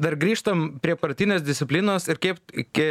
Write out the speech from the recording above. dar grįžtam prie partinės disciplinos ir kaip ta disciplina